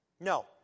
No